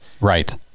Right